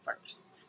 first